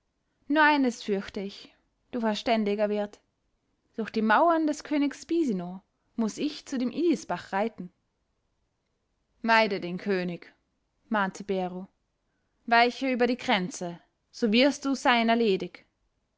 nur eines fürchte ich du verständiger wirt durch die mauern des königs bisino muß ich zu dem idisbach reiten meide den könig mahnte bero weiche über die grenze so wirst du seiner ledig